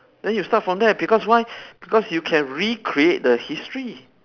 then you start from there because why because you can recreate the history